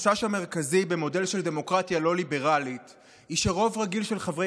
החשש המרכזי במודל של דמוקרטיה לא ליברלית הוא שרוב רגיל של חברי